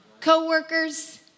Co-workers